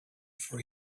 for